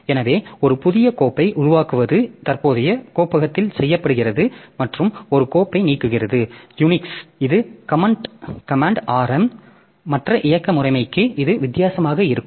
எனவே ஒரு புதிய கோப்பை உருவாக்குவது தற்போதைய கோப்பகத்தில் செய்யப்படுகிறது மற்றும் ஒரு கோப்பை நீக்குகிறது யூனிக்ஸ் இது கமன்ட் rm மற்ற இயக்க முறைமைக்கு இது வித்தியாசமாக இருக்கும்